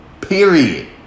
Period